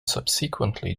subsequently